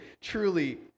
truly